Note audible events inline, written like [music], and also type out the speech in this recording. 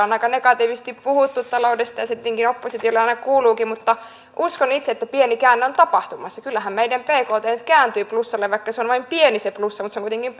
[unintelligible] on aika negatiivisesti puhuttu taloudesta ja se tietenkin oppositiolle aina kuuluukin mutta uskon itse että pieni käänne on tapahtumassa kyllähän meidän bkt kääntyy plussalle vaikka se on vain pieni se plussa mutta se on kuitenkin [unintelligible]